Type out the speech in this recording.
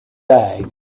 bag